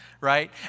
Right